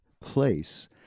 place